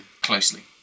closely